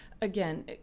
again